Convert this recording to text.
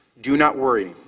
do not worry.